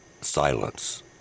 silence